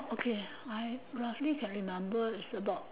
okay I roughly can remember it's about